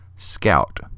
Scout